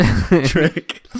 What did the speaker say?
trick